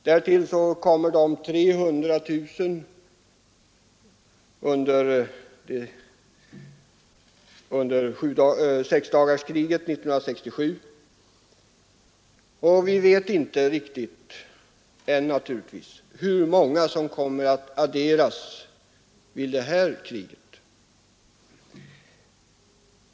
Därtill kommer de 300 000 som tillkom under sexdagarskriget 1967. Och vi vet naturligtvis ännu inte riktigt hur många som kommer att adderas vid det här kriget.